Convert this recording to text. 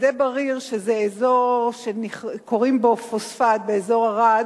בשדה בריר, שזה אזור שכורים בו פוספט, באזור ערד.